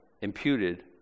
imputed